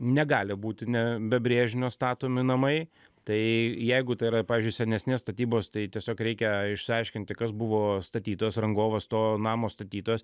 negali būti ne be brėžinio statomi namai tai jeigu tai yra pavyzdžiui senesnės statybos tai tiesiog reikia išsiaiškinti kas buvo statytojas rangovas to namo statytojas